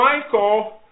Michael